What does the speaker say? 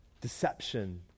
deception